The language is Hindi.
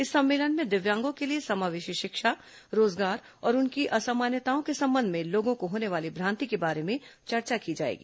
इस सम्मेलन में दिव्यांगों के लिए समावेशी शिक्षा रोजगार और उनकी असमान्यताओं के संबंध में लोगों को होने वाली भ्रांति के बारे में चर्चा की जाएगी